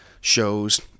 shows